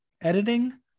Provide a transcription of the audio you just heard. Editing